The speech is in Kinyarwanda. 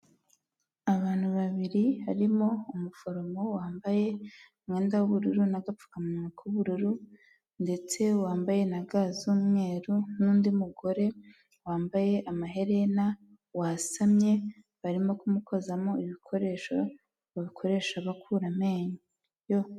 Abantu babiri, harimo umuforomo wambaye umwenda w'ubururu n'agapfukamunwa k'ubururu ndetse wambaye na ga z'umweru n'undi mugore wambaye amaherena, wasamye, barimo kumukozamo ibikoresho bakoresha bakura amenyo.